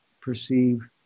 perceive